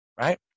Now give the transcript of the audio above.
right